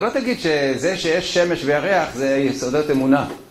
לא תגיד שזה שיש שמש וירח זה יסודות אמונה